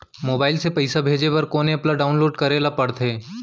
Mobile से पइसा भेजे बर कोन एप ल डाऊनलोड करे ला पड़थे?